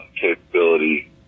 capability